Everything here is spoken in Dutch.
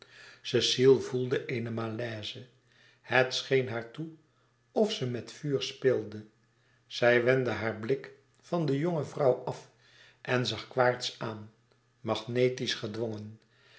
cecile voelde een malaise het scheen haar toe of ze met vuur speelde zij wendde haar blik van de jonge vrouw af en zag quaerts aan magnetisch gedwongen